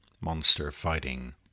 monster-fighting